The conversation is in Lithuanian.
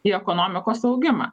į ekonomikos augimą